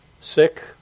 sick